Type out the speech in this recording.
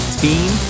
team